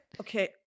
okay